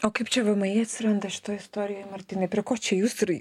o kaip čia vmi atsiranda šitoj istorijoj martynai prie ko čia jūs ir